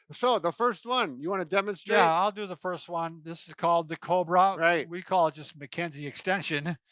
so, the first one, you wanna demonstrate? yeah, i'll do the first one. this is called the cobra. right. we call it just mckenzie extension.